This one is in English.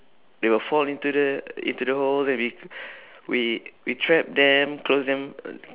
they will fall into the into the holes and we we we trap them close them